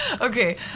Okay